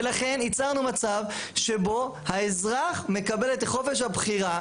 ולכן ייצרנו מצב שבו האזרח מקבל את חופש הבחירה